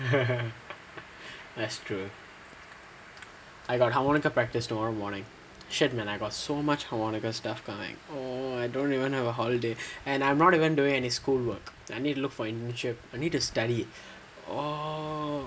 that's true I got harmonica practice tomorrow morning shag man I got so much I harmonica stuff going I don't even have a holiday and I'm not doing any school work I need look for internship I need to study